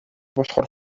болохоор